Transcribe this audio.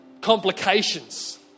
complications